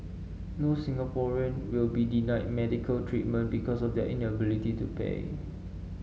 no Singaporean will be denied medical treatment because of their inability to pay